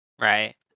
right